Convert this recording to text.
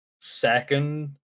second